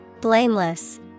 Blameless